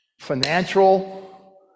financial